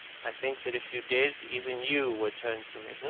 i think that if you did, even you would turn from me.